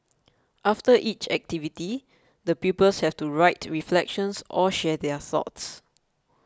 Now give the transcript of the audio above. after each activity the pupils have to write reflections or share their thoughts